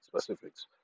specifics